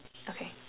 okay